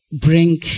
bring